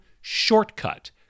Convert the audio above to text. shortcut